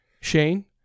shane